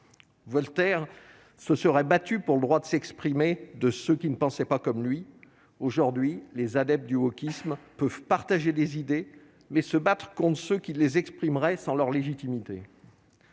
Voltaire se serait battu pour le droit de s'exprimer, de ceux qui ne pensaient pas comme lui, aujourd'hui, les adeptes du wokisme peuvent partager des idées, mais se battre qu'on ne se qui les exprimerai sans leur légitimité.